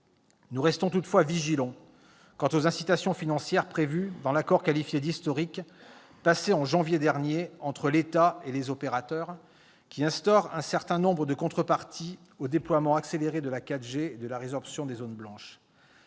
Nous restons toutefois vigilants quant aux incitations financières prévues dans l'accord qualifié d'« historique », passé en janvier dernier entre l'État et les opérateurs, lequel instaure un certain nombre de contreparties au déploiement accéléré de la 4G et à la résorption des zones blanches.